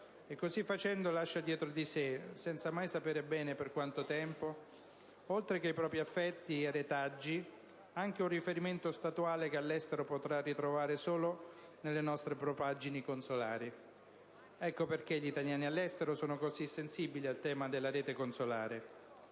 e così facendo lascia dietro di sé - senza mai sapere bene per quanto tempo - oltre ai propri affetti e retaggi, anche un riferimento statuale che all'estero potrà ritrovare solo nelle nostre propaggini consolari. Ecco perché gli italiani all'estero sono così sensibili al tema della rete consolare.